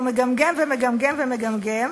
והוא מגמגם ומגמגם ומגמגם.